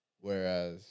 whereas